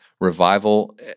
Revival